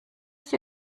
sie